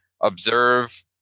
Observe